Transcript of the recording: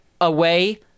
away